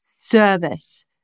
service